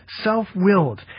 self-willed